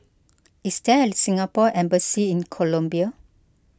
is there a Singapore Embassy in Colombia